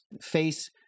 face